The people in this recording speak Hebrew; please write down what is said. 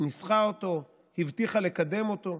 ניסחה אותו, הבטיחה לקדם אותו,